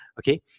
Okay